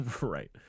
Right